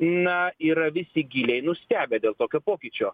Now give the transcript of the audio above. na yra visi giliai nustebę dėl tokio pokyčio